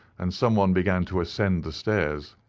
and some one began to ascend the stairs.